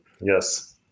yes